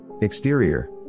Exterior